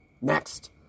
Next